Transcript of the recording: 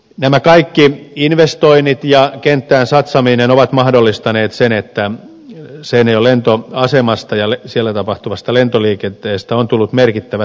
nämä kaikki investoinnit ja kenttään satsaaminen ovat mahdollistaneet sen että seinäjoen lentoasemasta ja siellä tapahtuvasta lentoliikenteestä on tullut merkittävä työllistäjä